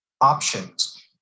options